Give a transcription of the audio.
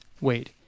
Wait